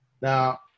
Now